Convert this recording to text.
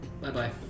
Bye-bye